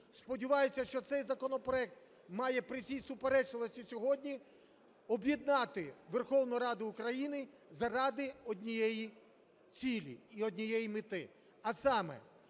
Сподіваюся, що цей законопроект має, при всій суперечливості сьогодні, об'єднати Верховну Раду України заради однієї цілі і однієї мети,